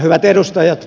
hyvät edustajat